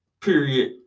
Period